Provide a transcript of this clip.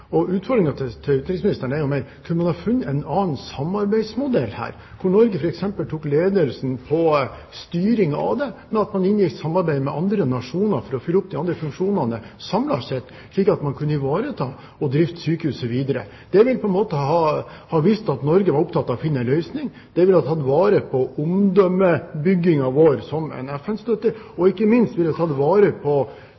til utenriksministeren er om man kunne ha funnet en samarbeidsmodell her, hvor Norge f.eks. tok ledelsen på styringen, men at man inngikk et samarbeid med andre nasjoner for å fylle de andre funksjonene samlet sett, slik at man kunne ivareta og drifte sykehuset videre. Det ville på en måte ha vist at Norge var opptatt av å finne en løsning, det ville ha tatt vare på omdømmebyggingen vår som en FN-støtte, og